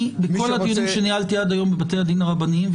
בכל הדיונים שניהלתי עד היום בבתי הדין הרבניים,